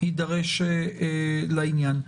יידרש לעניין.